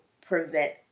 prevent